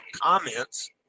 comments